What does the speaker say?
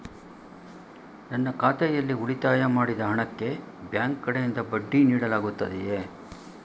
ನನ್ನ ಖಾತೆಯಲ್ಲಿ ಉಳಿತಾಯ ಮಾಡಿದ ಹಣಕ್ಕೆ ಬ್ಯಾಂಕ್ ಕಡೆಯಿಂದ ಬಡ್ಡಿ ನೀಡಲಾಗುತ್ತದೆಯೇ?